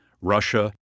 Russia